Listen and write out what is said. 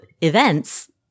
events